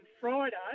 Friday